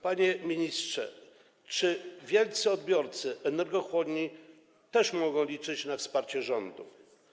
Panie ministrze, czy wielcy odbiorcy energochłonni też mogą liczyć na wsparcie rządu?